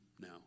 now